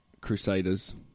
Crusaders